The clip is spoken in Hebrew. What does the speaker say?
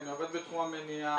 אני עובד בתחום המניעה.